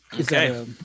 Okay